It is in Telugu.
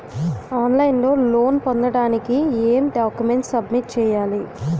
ఆన్ లైన్ లో లోన్ పొందటానికి ఎం డాక్యుమెంట్స్ సబ్మిట్ చేయాలి?